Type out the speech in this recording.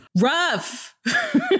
Rough